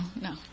No